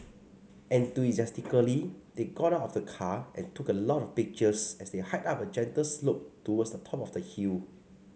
enthusiastically they got out of the car and took a lot of pictures as they hiked up a gentle slope towards the top of the hill